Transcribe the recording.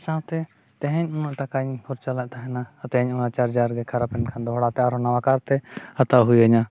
ᱥᱟᱶᱛᱮ ᱛᱮᱦᱮᱧ ᱩᱱᱟᱹᱜ ᱴᱟᱠᱟᱧ ᱠᱷᱚᱨᱪᱟ ᱞᱮᱫ ᱛᱟᱦᱮᱱᱟ ᱟᱨ ᱛᱮᱦᱮᱧᱦᱚᱸ ᱚᱱᱟ ᱪᱟᱨᱡᱟᱨ ᱜᱮ ᱠᱷᱟᱨᱟᱯᱮᱱ ᱠᱷᱟᱱ ᱫᱚᱦᱚᱲᱟᱛᱮ ᱟᱨᱦᱚᱸ ᱱᱟᱣᱟ ᱠᱟᱨᱛᱮ ᱦᱟᱛᱟᱣ ᱦᱩᱭᱟᱹᱧᱟᱹ